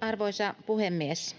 Arvoisa puhemies!